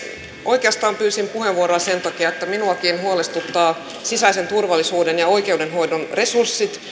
oikeastaan pyysin puheenvuoron sen takia että minuakin huolestuttaa sisäisen turvallisuuden ja oikeudenhoidon resurssit